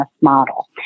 model